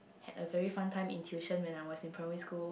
had a very fun time in tuition when I was in primary school